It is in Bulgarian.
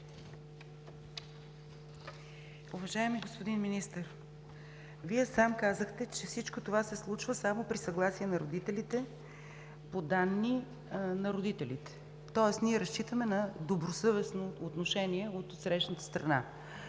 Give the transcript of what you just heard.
Уважаеми господин Министър, Вие сам казахте, че всичко това се случва само при съгласие на родителите, по данни на родителите. Тоест ние разчитаме на добросъвестно отношение от отсрещната страна.